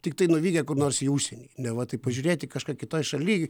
tiktai nuvykę kur nors į užsienį neva tai pažiūrėti kažką kitoj šaly